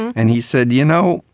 and he said, you know,